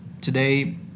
Today